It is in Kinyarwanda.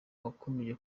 wakomeje